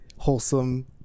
wholesome